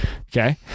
okay